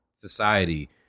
society